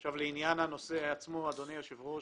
לעניין הנושא עצמו, אדוני היושב ראש,